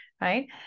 Right